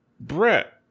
Brett